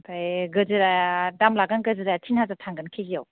ओमफ्राय गोजोरा दाम लागोन गोजोराया टिन हाजारसो थांगोन केजियाव